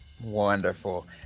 wonderful